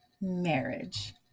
marriage